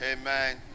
Amen